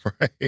Right